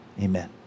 Amen